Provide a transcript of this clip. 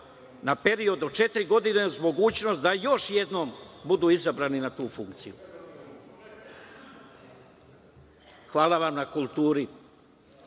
na period od četiri godine uz mogućnost da još jednom budu izabrani na tu funkciju. Hvala vam na kulturi. Isto